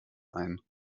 ein